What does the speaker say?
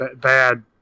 bad